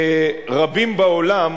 שרבים בעולם